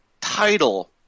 title